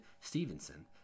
Stevenson